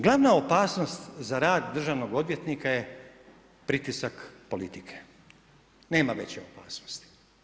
Glavna opasnost za rad državnog odvjetnika je pritisak politike, nema veće opasnosti.